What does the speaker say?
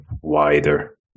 wider